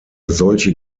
solche